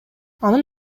анын